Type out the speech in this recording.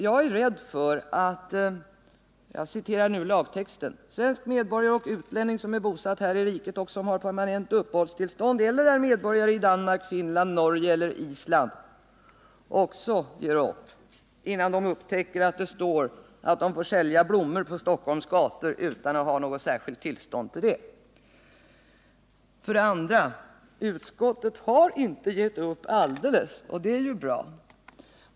Jag är rädd för att — jag citerar nu lagtexten — ”svensk medborgare och utlänning som är bosatt här i riket och som har permanent uppehållstillstånd eller är medborgare i Danmark, Finland, Norge eller Island” också ger upp innan de upptäcker att det står att de får sälja blommor på Stockholms gator utan särskilt tillstånd. För det andra har inte utskottet helt gett upp, och det är ju bra.